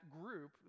group